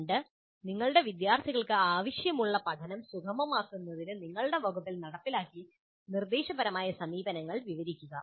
2 നിങ്ങളുടെ വിദ്യാർത്ഥികൾക്ക് ആവശ്യമുള്ള പഠനം സുഗമമാക്കുന്നതിന് നിങ്ങളുടെ വകുപ്പിൽ നടപ്പിലാക്കിയ നിർദ്ദേശപരമായ സമീപനങ്ങൾ വിവരിക്കുക